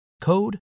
code